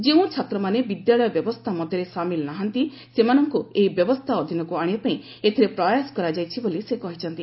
ଯେଉଁ ଛାତ୍ରମାନେ ବିଦ୍ୟାଳୟ ବ୍ୟବସ୍ଥା ମଧ୍ୟରେ ସାମିଲ୍ ନାହାନ୍ତି ସେମାନଙ୍କୁ ଏହି ବ୍ୟବସ୍ଥା ଅଧୀନକୁ ଆଶିବାପାଇଁ ଏଥିରେ ପ୍ରୟାସ କରାଯାଇଛି ବୋଲି ସେ କହିଛନ୍ତି